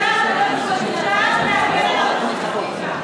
את בעד שיעשנו על-יד ילדים קטנים בגני-שעשועים?